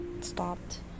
stopped